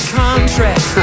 contract